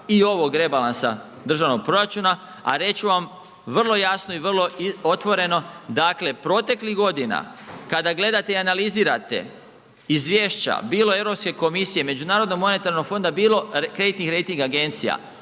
i ovog rebalansa državnog proračuna a reći ću vam vrlo jasno i vrlo otvoreno, dakle proteklih godina kada gledate i analizirate izvješće bilo Europske komisije, Međunarodnog monetarnog fonda bilo kreditnih rejting agencija